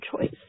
choice